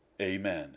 Amen